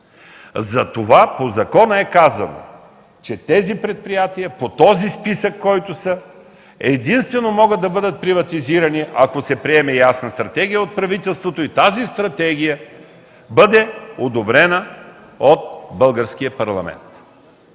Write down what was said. Затова по закона е казано, че тези предприятия, които са по този списък, единствено могат да бъдат приватизирани, ако се приеме ясна стратегия от правителството и тази стратегия бъде одобрена от българския парламент.